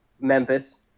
Memphis